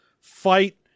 fight